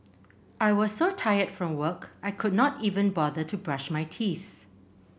I was so tired from work I could not even bother to brush my teeth